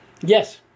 Yes